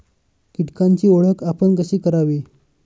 कीटकांची ओळख आपण कशी करावी?